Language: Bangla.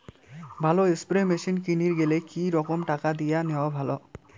ভালো স্প্রে মেশিন কিনির গেলে কি রকম টাকা দিয়া নেওয়া ভালো?